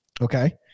Okay